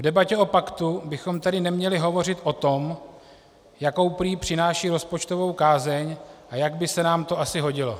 V debatě o paktu bychom tedy neměli hovořit o tom, jakou prý přináší rozpočtovou kázeň a jak by se nám to asi hodilo.